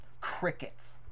Crickets